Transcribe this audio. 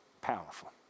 Powerful